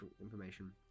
information